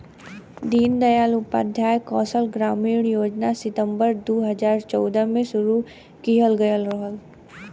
दीन दयाल उपाध्याय कौशल ग्रामीण योजना सितम्बर दू हजार चौदह में शुरू किहल गयल रहल